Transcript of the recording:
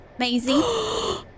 Maisie